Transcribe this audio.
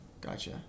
Gotcha